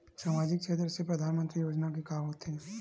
सामजिक क्षेत्र से परधानमंतरी योजना से का होथे?